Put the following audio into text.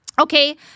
Okay